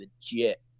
legit